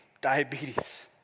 diabetes